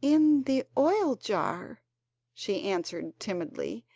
in the oil jar she answered timidly,